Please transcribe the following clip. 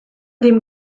dem